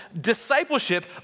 discipleship